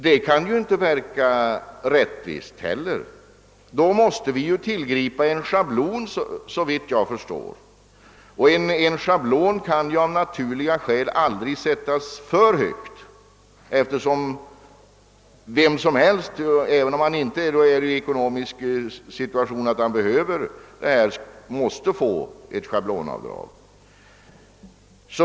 Det kan inte heller verka rättvist. Då måste man såvitt jag förstår tillgripa en schablon, och en sådan kan av naturliga skäl aldrig sättas för högt, eftersom vem som helst — även om han inte befinner sig i en sådan ekonomisk situation att han behöver det — måste få ett schablonavdrag.